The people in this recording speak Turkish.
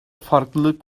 farklılık